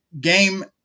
game